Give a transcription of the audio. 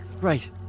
Right